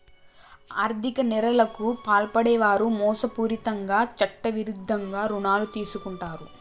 ఆర్ధిక నేరాలకు పాల్పడే వారు మోసపూరితంగా చట్టవిరుద్ధంగా రుణాలు తీసుకుంటరు